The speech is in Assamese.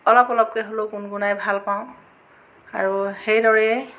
অলপ অলপকৈ হ'লেও গুণগুণাই ভাল পাওঁ আৰু সেইদৰে